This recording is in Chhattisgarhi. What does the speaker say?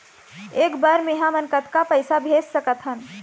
एक बर मे हमन कतका पैसा भेज सकत हन?